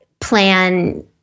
plan